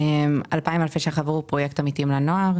2,000 אלפי ₪ עבור פרויקט "עמיתים לנוער".